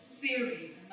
theory